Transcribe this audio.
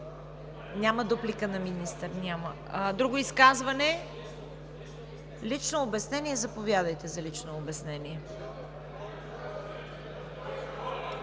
Няма дуплика на министър. (Реплики.) Друго изказване? Лично обяснение? Заповядайте за лично обяснение.